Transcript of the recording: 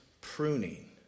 pruning